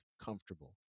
comfortable